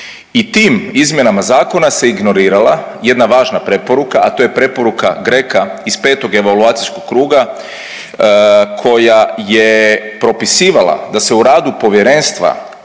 i tim izmjenama zakona se ignorirala jedna važna preporuka, a to je preporuka GRECO-a iz 5. evaluacijskog kruga koja je propisivala da se u radu povjerenstva